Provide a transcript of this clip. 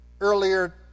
earlier